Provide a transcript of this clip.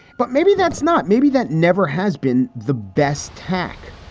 but maybe that's not. maybe that never has been the best tack.